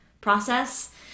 process